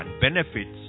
benefits